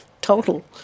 Total